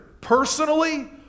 personally